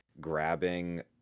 grabbing